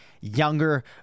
younger